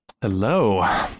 Hello